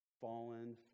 fallen